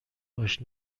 باش